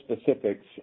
specifics